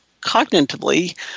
cognitively